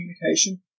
communication